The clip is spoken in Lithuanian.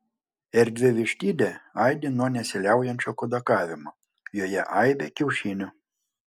erdvi vištidė aidi nuo nesiliaujančio kudakavimo joje aibė kiaušinių